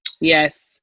Yes